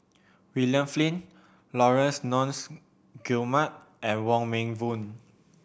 William Flint Laurence Nunns Guillemard and Wong Meng Voon